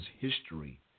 history